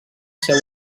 seu